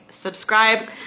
subscribe